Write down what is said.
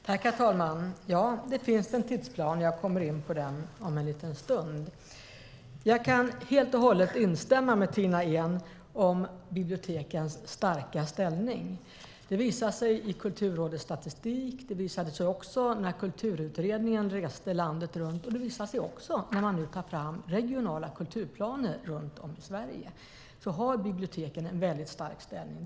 Herr talman! Ja, det finns en tidsplan. Jag kommer in på den om en liten stund. Jag kan helt och hållet instämma med Tina Ehn om bibliotekens starka ställning. Det visar sig i Kulturrådets statistik, och det visade sig när Kulturutredningen reste landet runt. Det visar sig också nu när man runt om i Sverige tar fram regionala kulturplaner att biblioteken har en väldigt stark ställning.